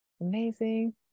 amazing